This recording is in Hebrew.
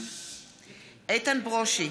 איתן ברושי,